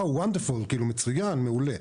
PA, נהדר, מצוין, מעולה.